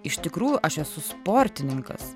iš tikrų aš esu sportininkas